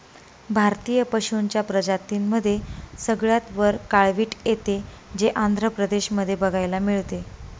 भारतीय पशूंच्या प्रजातींमध्ये सगळ्यात वर काळवीट येते, जे आंध्र प्रदेश मध्ये बघायला मिळते